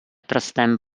prstem